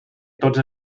tots